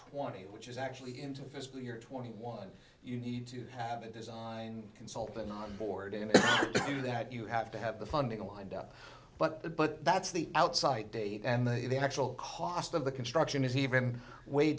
twenty which is actually into fiscal year twenty one you need to have a design consult the non board to do that you have to have the funding lined up but the but that's the outside date and they the actual cost of the construction is even way